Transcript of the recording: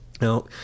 Now